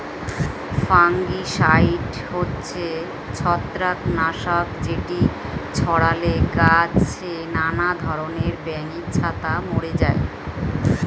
fungicide হচ্ছে ছত্রাক নাশক যেটি ছড়ালে গাছে নানা ধরণের ব্যাঙের ছাতা মরে যায়